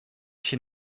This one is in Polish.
się